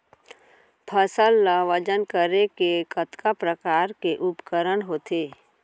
फसल ला वजन करे के कतका प्रकार के उपकरण होथे?